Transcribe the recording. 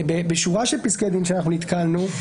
בשורה של פסקי דין בהם נתקלנו,